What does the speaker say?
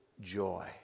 joy